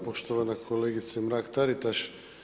Poštovana kolegice Mrak-Taritaš.